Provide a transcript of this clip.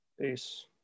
Peace